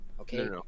Okay